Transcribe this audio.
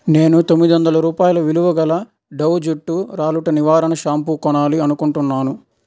నేను తొమ్మిది వందల రూపాయల విలువ గల డవ్ జుట్టు రాలుట నివారణ షాంపూ కొనాలి అనుకుంటున్నాను